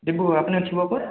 ডিব্ৰুগড়ত আপুনি উঠিব ক'ত